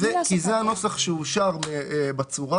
כי זה הנוסח שאושר בצורה.